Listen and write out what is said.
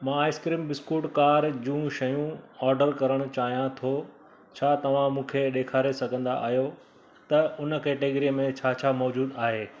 मां ice cream biscuit कारि जूं शयूं ऑडर करणु चाहियां थो छा तव्हां मूंखे ॾेखारे सघंदा आहियो त हुन कैटेगरीअ में छा छा मौज़ूदु आहे